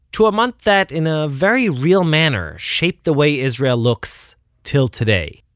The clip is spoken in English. to a month that in a very real manner shaped the way israel looks till today